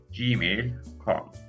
gmail.com